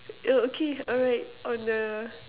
oh okay alright on the